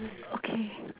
okay